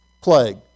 plague